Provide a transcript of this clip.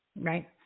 Right